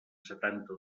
setanta